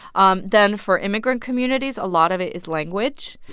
um then for immigrant communities, a lot of it is language.